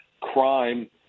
crime